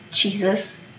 Jesus